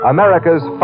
America's